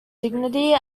dignity